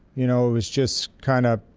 you know? it was just kind of